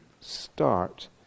start